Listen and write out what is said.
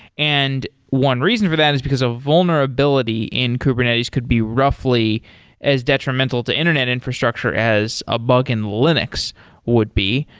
and one reason for that is because of vulnerability in kubernetes could be roughly as detrimental to internet infrastructure as a bug in linux would be.